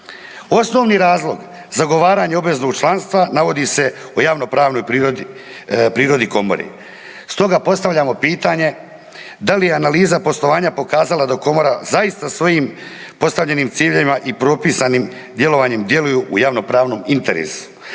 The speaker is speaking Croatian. Osnovni razlog zagovaranja obveznog članstva navodi se u javnopravnoj prirodi komore. Stoga postavljamo pitanje. Da li je analiza poslovanja pokazala da komora zaista svojim postavljenim ciljevima i propisanim djelovanjem djeluju u javnopravnom interesu?